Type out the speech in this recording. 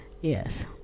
Yes